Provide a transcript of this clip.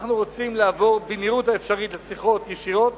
אנחנו רוצים לעבור במהירות האפשרית לשיחות ישירות,